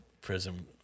prison